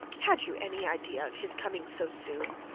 had you any idea of his coming so soon?